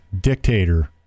dictator